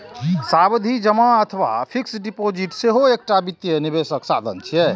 सावधि जमा अथवा फिक्स्ड डिपोजिट सेहो एकटा वित्तीय निवेशक साधन छियै